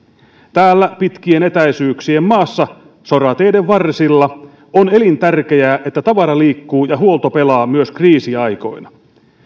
täällä pitkien etäisyyksien maassa sorateiden varsilla on elintärkeää että tavara liikkuu ja huolto pelaa myös kriisiaikoina